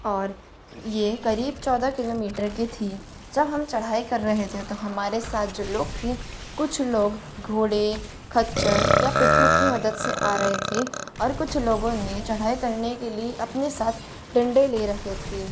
और ये करीब चौदह किलोमीटर की थी जब हम चढ़ाई कर रहे थे तो हमारे साथ जो लोग थे कुछ लोग घोड़े खच्चर या पिट्ठू की मदद से आ रहे थे और कुछ लोगों ने चढ़ाई करने के लिए अपने साथ डंडे ले रखे थे